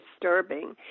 disturbing